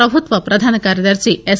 ప్రభుత్వ ప్రధాన కార్యదర్శి ఎస్